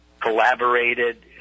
collaborated